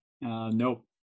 Nope